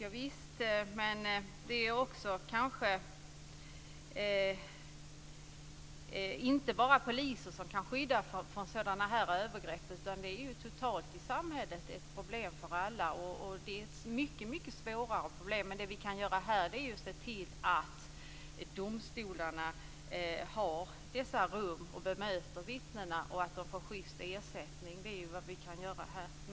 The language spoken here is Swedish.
Javisst, men det är kanske inte bara poliser som kan skydda från övergrepp, utan det är ju totalt i samhället ett problem för alla. Det är ett mycket svårare problem. Det vi kan göra här är att se till att domstolarna har rum, bemöter vittnena och att de får schyst ersättning. Det är vad vi kan göra här.